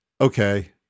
okay